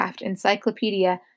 encyclopedia